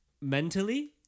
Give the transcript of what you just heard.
mentally